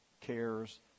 cares